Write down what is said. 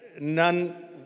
none